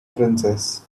princess